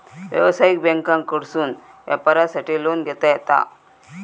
व्यवसायिक बँकांकडसून व्यापारासाठी लोन घेता येता